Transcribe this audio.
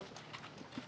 האוצר.